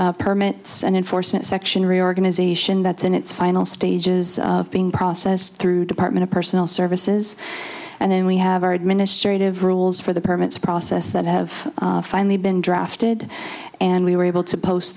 department permits and enforcement section reorganization that's in its final stage it is being processed through department of personal services and then we have our administrative rules for the permits process that have finally been drafted and we were able to post